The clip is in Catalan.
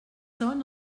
són